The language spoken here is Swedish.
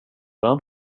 den